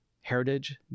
heritage